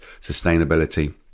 sustainability